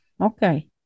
okay